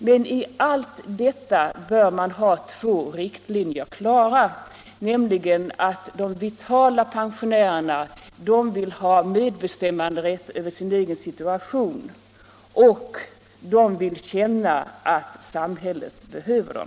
Men i allt detta bör man ha två riktlinjer klara: de vitala pensionärerna vill ha medbestämmanderätt över sin egen situation, och de vill känna att samhället behöver dem.